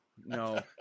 no